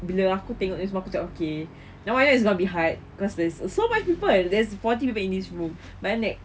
bila aku tengok semakin aku cakap okay memangnya it's gonna be hard cause there's so much people there's forty people in this room but then like